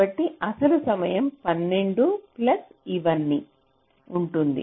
కాబట్టి అసలు సమయం 12 ప్లస్ ఇవన్నీ ఉంటుంది